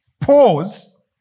Pause